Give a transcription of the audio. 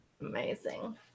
amazing